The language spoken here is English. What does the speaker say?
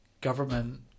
government